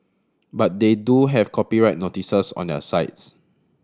but they do have copyright notices on their sites